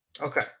Okay